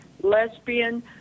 lesbian